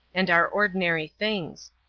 and are ordinary things.